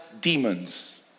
demons